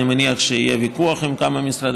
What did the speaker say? אני מניח שיהיה ויכוח עם כמה משרדי